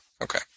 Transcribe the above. Okay